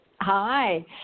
hi